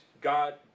God